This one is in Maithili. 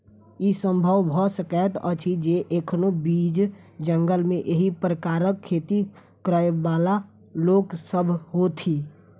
ई संभव भ सकैत अछि जे एखनो बीच जंगल मे एहि प्रकारक खेती करयबाला लोक सभ होथि